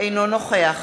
אינו נוכח